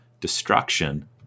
destruction